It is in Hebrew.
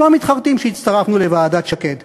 אנחנו לא מתחרטים שהצטרפנו לוועדת שקד.